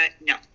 No